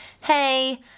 hey